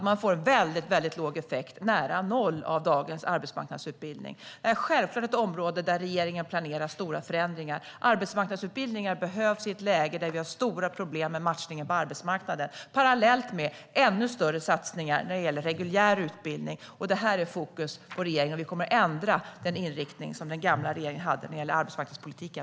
Man får väldigt låg effekt, nära noll, av dagens arbetsmarknadsutbildning. Det är självklart ett område där regeringen planerar stora förändringar. Arbetsmarknadsutbildningar behövs i ett läge då vi har stora problem med matchningen på arbetsmarknaden, parallellt med ännu större satsningar på reguljär utbildning. Det här är i fokus för regeringen. Vi kommer att ändra den inriktning som den gamla regeringen hade när det gäller arbetsmarknadspolitiken.